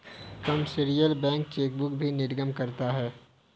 commercial bank chequebook भी निर्गम करता है